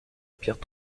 pierre